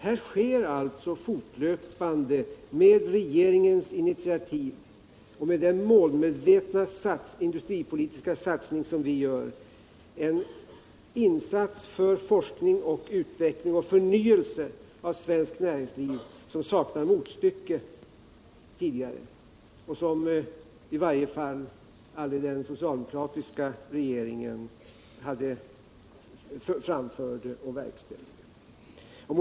Här sker alltså fortlöpande, på regeringens initiativ och med den målmedvetna industripolitiska satsning som vi gör, en insats för forskning och utveckling och förnyelse av svenskt näringsliv som saknar tidigare motstycke —- och som i varje fall aldrig den socialdemokratiska regeringen framförde förslag om och verkställde.